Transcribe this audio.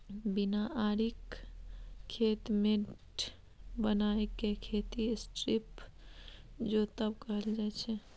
बिना आरिक खेत मेढ़ बनाए केँ खेती स्ट्रीप जोतब कहल जाइ छै